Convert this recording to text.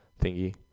thingy